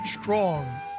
strong